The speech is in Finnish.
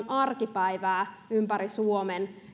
arkipäivää ympäri suomen